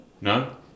no